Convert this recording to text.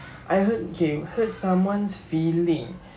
I hurt okay hurt someone's feeling